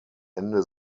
ende